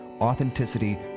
authenticity